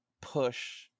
push